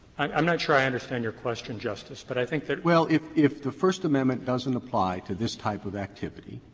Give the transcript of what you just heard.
i'm not sure i understand your question, justice, but i think roberts well, if if the first amendment doesn't apply to this type of activity,